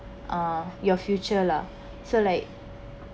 uh your future lah so like